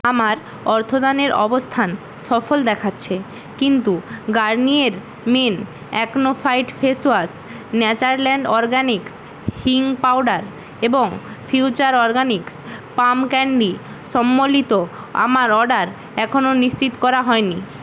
আমার অর্থদানের অবস্থান সফল দেখাচ্ছে কিন্তু Garnier men acno fight face wash Natureland organics হিঙ পাউডার এবং ফিউচার অরগ্যানিক্স পাম ক্যান্ডি সম্মলিত আমার অর্ডার এখনও নিশ্চিত করা হয় নি